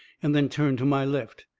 and then turn to my left.